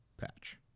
patch